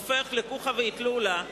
הופך לחוכא ואטלולא,